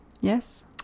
yes